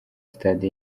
stade